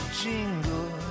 jingle